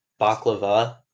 baklava